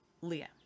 Leah